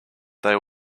they